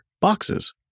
boxes